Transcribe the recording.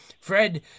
Fred